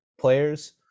players